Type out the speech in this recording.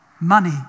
Money